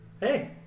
Hey